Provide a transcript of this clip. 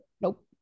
Nope